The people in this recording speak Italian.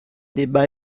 debba